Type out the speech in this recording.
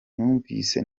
numvise